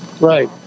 Right